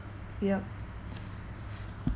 yup